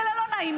יהיה לה לא נעים,